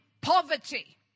poverty